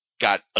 got